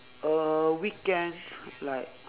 uh weekend like